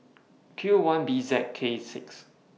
Q one B Z K six